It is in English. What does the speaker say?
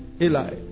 Eli